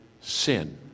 sin